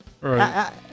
Right